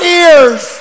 ears